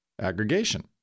Aggregation